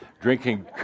drinking